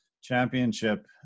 championship